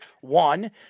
one